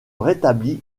rétablit